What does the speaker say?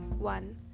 One